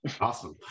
Awesome